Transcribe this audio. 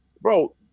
bro